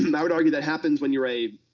um i would argue that happens when youire a